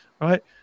right